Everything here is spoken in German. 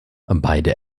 beide